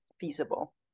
feasible